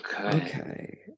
okay